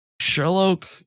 Sherlock